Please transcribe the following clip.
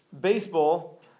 Baseball